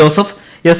Joseph S